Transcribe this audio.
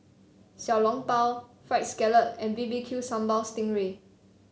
Xiao Long Bao Fried Scallop and B B Q Sambal Sting Ray